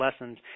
lessons